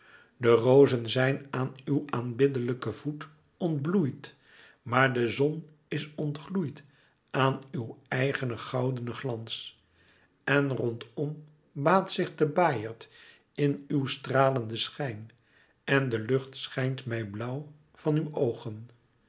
de rozen zijn aan uw aanbiddelijken voet ontbloeid maar de zon is ontgloeid aan uw eigenen goudenen glans en rondom baadt zich de baaierd in uw stralenden schijn en de lucht schijnt mij blauw van uw oogen